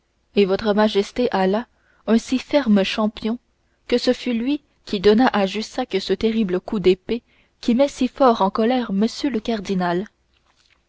et votre majesté a là un si ferme champion que ce fut lui qui donna à jussac ce terrible coup d'épée qui met si fort en colère m le cardinal